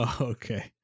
okay